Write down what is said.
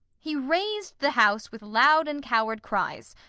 he rais'd the house with loud and coward cries.